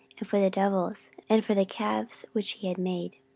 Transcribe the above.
and for the devils, and for the calves which he had made.